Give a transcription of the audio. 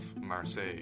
Marseille